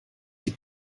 die